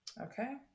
okay